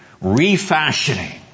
refashioning